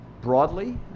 broadly